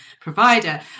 provider